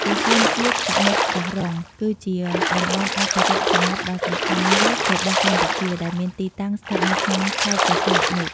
ឧទ្យានជាតិសមុទ្រកោះរុង គឺជាតំបន់អភិរក្សសមុទ្រដ៏សំខាន់មួយរបស់កម្ពុជាដែលមានទីតាំងស្ថិតនៅក្នុងខេត្តព្រះសីហនុ។